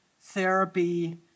therapy